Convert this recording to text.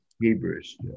Hebrews